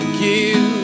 give